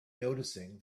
noticing